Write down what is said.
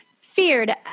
Feared